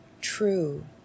true